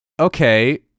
okay